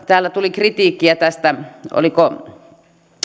täällä tuli kritiikkiä tästä oliko